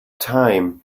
time